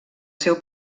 seu